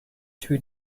two